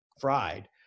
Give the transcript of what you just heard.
fried